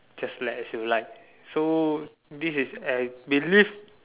just let as you like so this is a big list